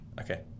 Okay